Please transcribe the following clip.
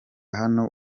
hano